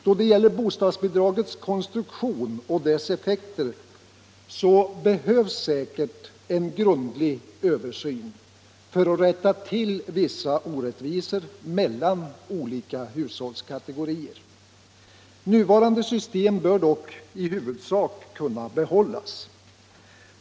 Då det gäller bostadsbidragets konstruktion och dess effekter behövs säkert en grundlig översyn för att rätta till vissa orättvisor mellan olika hushållskategorier. Nuvarande system bör dock i huvudsak kunna behållas.